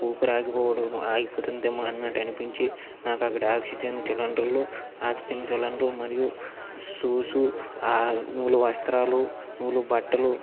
ఊపిరి ఆగిపోవడం ఆగిపోతుందేమో అన్నట్టు అనిపించి నాకు అక్కడ ఆక్సిజన్ సిలిండర్లు ఆక్సిజన్ సిలిండర్ మరియు షూసు నూలు వస్త్రాలు నూలు బట్టలు